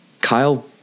Kyle